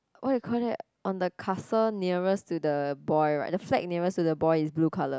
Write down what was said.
what do you call that on the castle nearest to the boy right the flag nearest to the boy is blue color